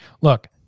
look